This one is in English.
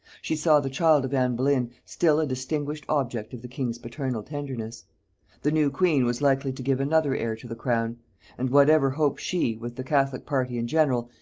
she saw the child of anne boleyn still a distinguished object of the king's paternal tenderness the new queen was likely to give another heir to the crown and whatever hopes she, with the catholic party in general,